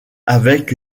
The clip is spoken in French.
avec